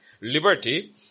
liberty